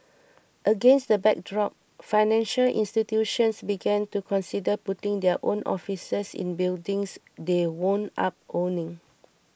against that backdrop financial institutions began to consider putting their own offices in buildings they wound up owning